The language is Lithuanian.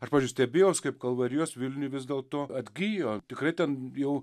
aš pavyzdžiui stebiuos kaip kalvarijos vilniuj vis dėlto atgijo tikrai ten jau